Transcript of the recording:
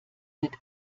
mit